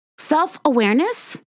Self-awareness